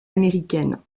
américaine